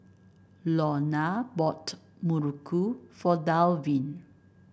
Lorna bought muruku for Dalvin